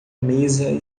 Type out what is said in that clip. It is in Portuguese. mesa